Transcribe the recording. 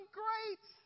great